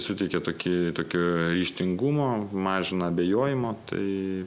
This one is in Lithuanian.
suteikia tokį tokio ryžtingumo mažina abejojimo tai